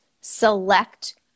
select